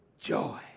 joy